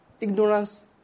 Ignorance